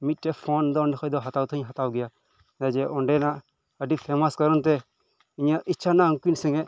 ᱢᱤᱫ ᱴᱮᱡ ᱯᱷᱳᱱ ᱫᱚ ᱚᱸᱰᱮ ᱠᱷᱚᱱ ᱦᱟᱛᱟᱣ ᱫᱚᱧ ᱦᱟᱛᱟᱣ ᱜᱮᱭᱟ ᱡᱮ ᱚᱸᱰᱮᱱᱟᱜ ᱟᱰᱤ ᱯᱷᱮᱢᱟᱥ ᱠᱟᱨᱚᱱᱛᱮ ᱤᱧᱟᱹᱜ ᱤᱪᱪᱷᱟ ᱦᱮᱱᱟᱜᱼᱟ ᱩᱱᱠᱤᱱ ᱥᱚᱸᱜᱮ